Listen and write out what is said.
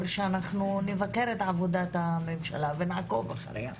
שאנחנו נבקר את עבודת הממשלה ונעקוב אחריה.